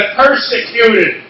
persecuted